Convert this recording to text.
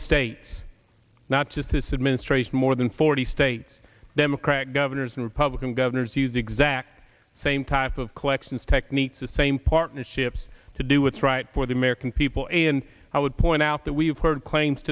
states not just this administration more than forty states democratic governors and republican governors use the exact same type of collections techniques the same partnerships to do what's right for the american people and i would point out that we've heard claims